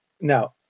Now